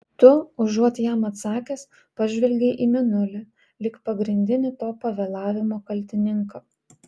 tu užuot jam atsakęs pažvelgei į mėnulį lyg pagrindinį to pavėlavimo kaltininką